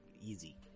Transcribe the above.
easy